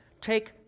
take